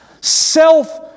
Self